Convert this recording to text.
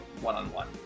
one-on-one